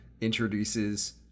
introduces